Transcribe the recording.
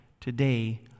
today